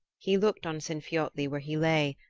he looked on sinfiotli where he lay,